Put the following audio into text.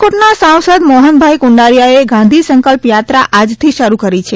રાજકોટના સાંસદ મોહનભાઇ કુંડારીયાએ ગાંધી સંકલા યાત્રા આજથી શરૂ કરી છે